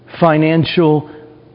financial